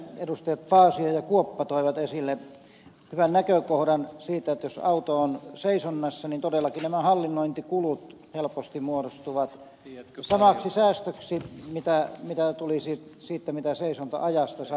edustajat paasio ja kuoppa toivat esille hyvän näkökohdan siitä että jos auto on seisonnassa niin todellakin nämä hallinnointikulut helposti muodostuvat samaksi kuin mitä tulisi säästöä siitä mitä seisonta ajasta saa